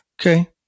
Okay